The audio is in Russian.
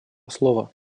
слово